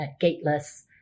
Gateless